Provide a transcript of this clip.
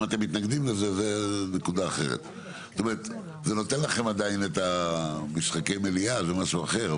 זה נמצא גם בנוסח, בהצעת הנוסח.